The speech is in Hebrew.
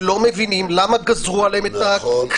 ולא מבינים למה גזרו עליהם את זה.